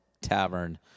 Tavern